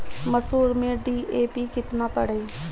मसूर में डी.ए.पी केतना पड़ी?